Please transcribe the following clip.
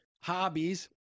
hobbies